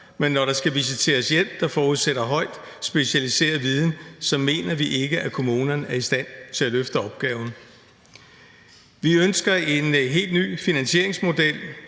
men når der skal visiteres hjælp, der forudsætter højt specialiseret viden, mener vi ikke, at kommunerne er i stand til at løfte opgaven. Vi ønsker en helt ny finansieringsmodel,